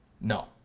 No